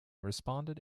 responded